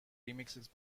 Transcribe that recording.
remixes